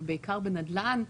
בעיקר בנדל"ן,